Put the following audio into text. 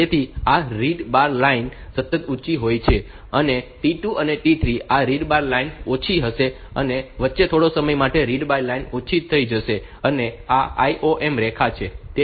તેથી આ read bar line સતત ઊંચી હોય છે અને T2 થી T3 આ રીડ બાર લાઇન ઓછી હશે અને વચ્ચે થોડા સમય માટે રીડ બાર લાઇન ઓછી થઈ જશે અને આ IOM રેખા છે